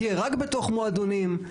תהיה רק בתוך מועדונים.